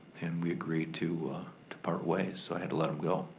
and we agreed to to part ways, so i had to let him go.